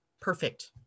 perfect